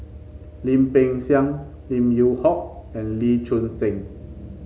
Lim Peng Siang Lim Yew Hock and Lee Choon Seng